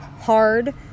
hard